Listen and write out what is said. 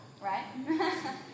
right